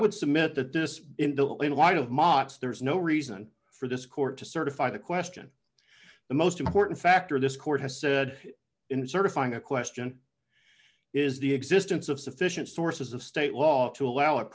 would submit that this will in wide of mots there's no reason for this court to certify the question the most important factor this court has said in certifying a question is the existence of sufficient sources of state law to allow